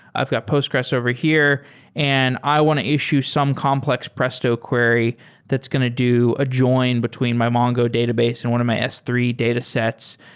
i've got postgres over here and i want to issue some complex presto query that's going to do a join between my mongo database and one of my s three datasets.